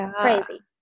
crazy